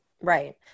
Right